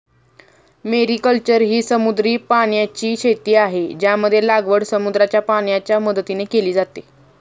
mariculture ही समुद्री पाण्याची शेती आहे, ज्यामध्ये लागवड समुद्राच्या पाण्याच्या मदतीने केली जाते